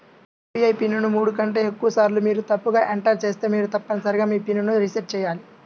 UPI pin ను మూడు కంటే ఎక్కువసార్లు మీరు తప్పుగా ఎంటర్ చేస్తే మీరు తప్పనిసరిగా మీ పిన్ ను రీసెట్ చేయాలి